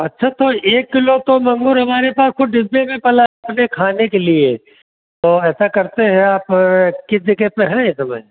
अच्छा तो एक किलो तो मंगुर हमारे पास डिब्बे में पला हुआ है खाने के लिए तो ऐसा करते हैं आप कितना है इस समय